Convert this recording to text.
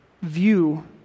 view